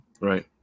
Right